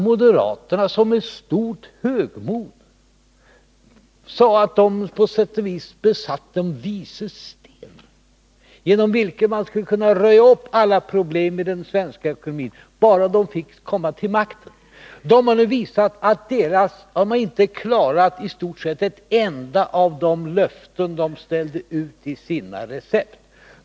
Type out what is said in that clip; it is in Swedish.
Moderaterna sade med stort högmod att de besatt den vises sten, genom vilken de skulle kunna röja upp bland alla problem i den svenska ekonomin bara de fick komma till makten. De har nu visat att de inte klarat i stort sett ett enda av de löften de ställde ut i sina recept.